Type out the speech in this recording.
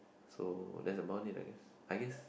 so that's the money I guess I guess